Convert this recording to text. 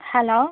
hello